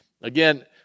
Again